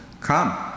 Come